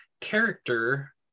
character